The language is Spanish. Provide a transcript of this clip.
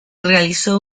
realizó